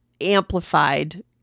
amplified